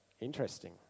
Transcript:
interesting